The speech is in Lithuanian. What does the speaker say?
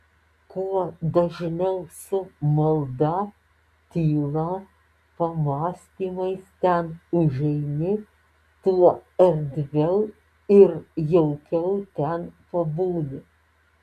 kuo dažniau su malda tyla pamąstymais ten užeini tuo erdviau ir jaukiau ten pabūni